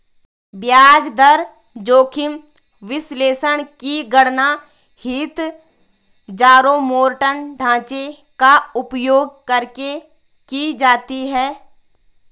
ब्याज दर जोखिम विश्लेषण की गणना हीथजारोमॉर्टन ढांचे का उपयोग करके की जाती है